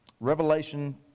Revelation